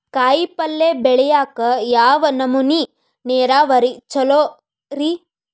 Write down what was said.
ಕಾಯಿಪಲ್ಯ ಬೆಳಿಯಾಕ ಯಾವ್ ನಮೂನಿ ನೇರಾವರಿ ಛಲೋ ರಿ?